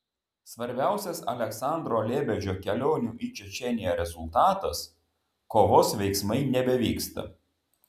svarbiausias aleksandro lebedžio kelionių į čečėniją rezultatas kovos veiksmai nebevyksta